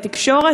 בתקשורת?